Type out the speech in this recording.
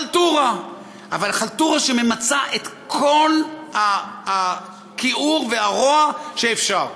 אבל חלטורה שממצה את כל הכיעור והרוע שאפשר.